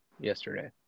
yesterday